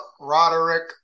Roderick